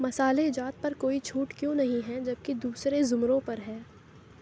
مصالحہ جات پر کوئی چھوٹ کیوں نہیں ہے جب کہ دوسرے زمروں پر ہے